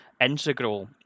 integral